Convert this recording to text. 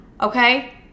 okay